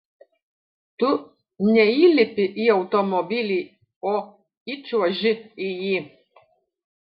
tu neįlipi į automobilį o įčiuoži į jį